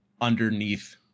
underneath